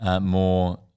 more